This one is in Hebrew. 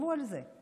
תחשבו על זה,